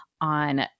on